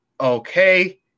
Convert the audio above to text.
Okay